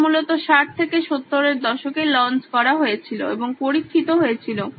এটি মূলত 60 থেকে 70 এর দশকে লঞ্চ করা হয়েছিল এবং পরীক্ষিত হয়েছিল